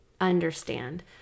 understand